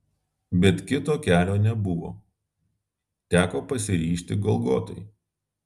bet kito kelio nebuvo teko pasiryžti golgotai